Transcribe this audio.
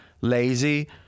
lazy